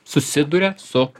susiduria su